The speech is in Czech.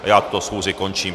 Já tuto schůzi končím.